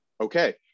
okay